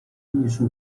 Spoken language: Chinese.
艺术